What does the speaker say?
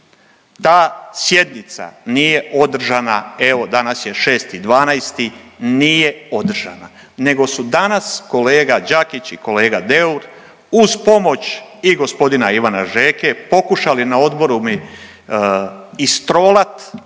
Ta sjednica nije održana evo danas je 6.12., nije održana nego su danas kolega Đakić i kolega Deur uz pomoć i g. Ivana Žeke pokušali na odboru mi istrolat,